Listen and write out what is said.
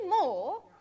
more